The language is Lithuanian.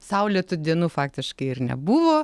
saulėtų dienų faktiškai ir nebuvo